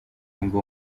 ngo